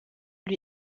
lui